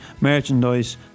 merchandise